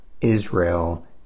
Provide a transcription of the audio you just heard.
Israel